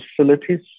facilities